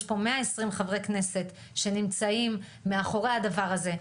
יש פה 120 חברי כנסת שנמצאים מאחורי הדבר הזה,